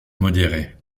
modérés